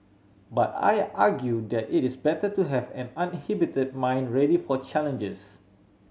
but I argue that it is better to have an uninhibited mind ready for challenges